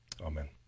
Amen